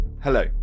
hello